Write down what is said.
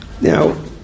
Now